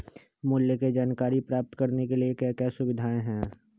मूल्य के जानकारी प्राप्त करने के लिए क्या क्या सुविधाएं है?